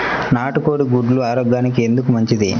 నాటు కోడి గుడ్లు ఆరోగ్యానికి ఎందుకు మంచిది?